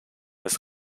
des